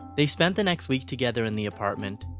they spent the next week together in the apartment,